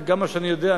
וגם מה שאני יודע,